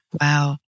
Wow